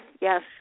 yes